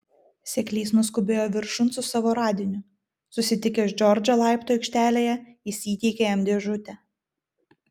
seklys nuskubėjo viršun su savo radiniu susitikęs džordžą laiptų aikštelėje jis įteikė jam dėžutę